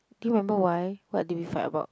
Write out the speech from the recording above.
do you remember why what did we fight about